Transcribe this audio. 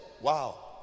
wow